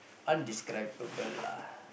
indescribable lah